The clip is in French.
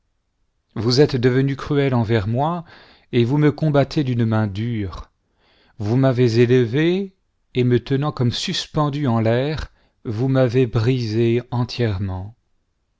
vous êtes devenu cruel envers moi et vous me combattez d'une main dure vous m'avez élevé et me tenant comme suspendu en l'air vous m'avez brisé entièrement